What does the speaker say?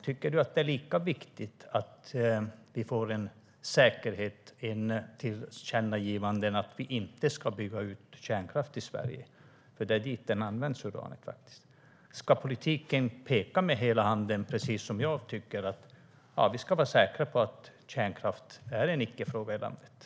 Tycker du att det är lika viktigt som vi att vi får ett tillkännagivande om att kärnkraften i Sverige inte ska byggas ut. Det är ju till kärnkraften uranet används. Ska politiken peka med hela handen? Tycker du liksom jag att vi ska vara säkra på att kärnkraft är en icke-fråga i landet?